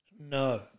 No